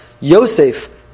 Yosef